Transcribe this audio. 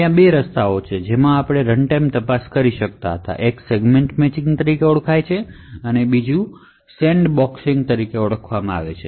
ત્યાં બે રસ્તાઓ છે જેમાં આપણે રનટાઇમ તપાસ કરી શકીએ એક સેગમેન્ટ મેચિંગ તરીકે ઓળખાય છે અને બીજો એક એડ્રૈસ સેન્ડબોક્સિંગ તરીકે ઓળખાય છે